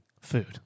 food